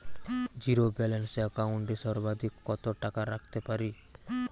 Zero balance account এ সর্বাধিক কত টাকা রাখতে পারি?